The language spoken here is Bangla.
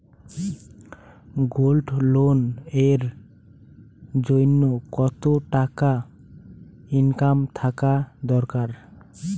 গোল্ড লোন এর জইন্যে কতো টাকা ইনকাম থাকা দরকার?